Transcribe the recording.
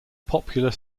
popular